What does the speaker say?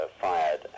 fired